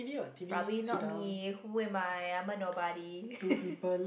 probably not me who am I I'm a nobody